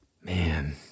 Man